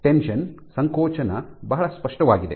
tension ಸಂಕೋಚನ ಬಹಳ ಸ್ಪಷ್ಟವಾಗಿದೆ